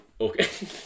Okay